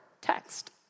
text